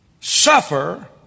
suffer